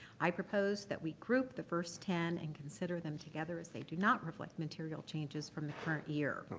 i proposed that we group the first ten and consider them together as they do not reflect material changes from the current year.